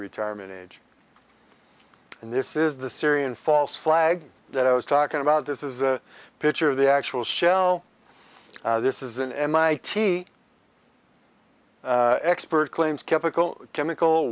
retirement age and this is the syrian false flag that i was talking about this is a picture of the actual shell this is an mit expert claims chemical chemical